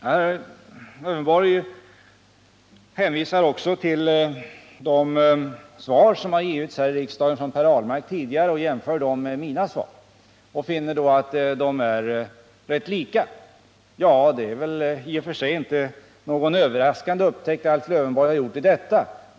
Alf Lövenborg hänvisade också till de svar som Per Ahlmark tidigare gett här i kammaren och jämförde dem med mina svar. Han fann svaren rätt lika. Det är i och för sig ingen överraskande upptäckt som Alf Lövenborg gjort.